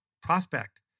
prospect